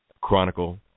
Chronicle